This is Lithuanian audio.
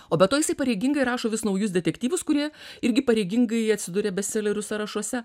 o be to jisai pareigingai rašo vis naujus detektyvus kurie irgi pareigingai atsiduria bestselerių sąrašuose